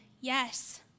yes